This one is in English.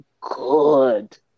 Good